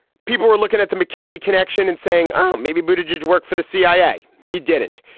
people were looking at the mckinsey connection and saying, oh, maybe buddha just worked for the cia. he didn't.